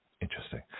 Interesting